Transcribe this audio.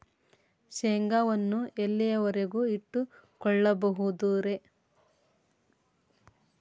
ಶೇಂಗಾವನ್ನು ಎಲ್ಲಿಯವರೆಗೂ ಇಟ್ಟು ಕೊಳ್ಳಬಹುದು ರೇ?